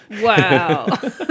Wow